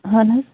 اہن حظ